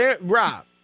Rob